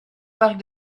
parc